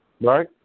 Right